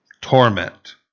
torment